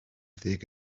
ddeg